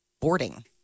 boarding